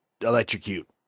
Electrocute